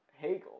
Hegel